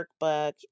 workbook